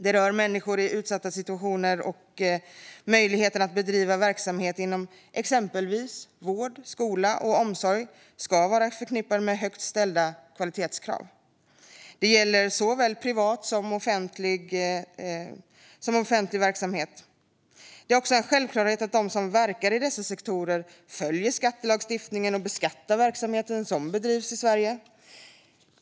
De rör människor i utsatta situationer, och möjligheten att bedriva verksamhet inom exempelvis vård, skola och omsorg ska vara förknippad med högt ställda kvalitetskrav. Det gäller såväl privat som offentlig verksamhet. Det är också en självklarhet att de som verkar i dessa sektorer följer skattelagstiftningen och att verksamhet som bedrivs här i Sverige beskattas här.